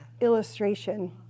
illustration